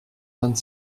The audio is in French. vingt